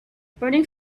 burning